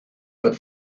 but